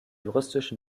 juristisch